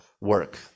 work